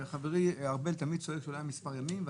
חברי משה ארבל תמיד צועק שהיו רק מספר ימים להתייחס,